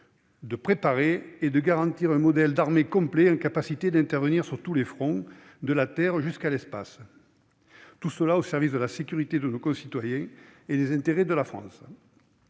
-à préparer et à garantir un modèle d'armée complet à même d'intervenir sur tous les fronts, de la terre jusqu'à l'espace, au service de la sécurité de nos concitoyens et des intérêts de la France.